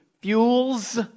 fuels